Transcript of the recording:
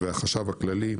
והחשב הכללי,